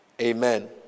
Amen